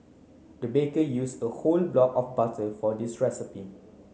the baker use a whole block of butter for this recipe